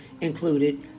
included